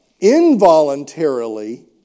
involuntarily